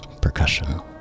percussion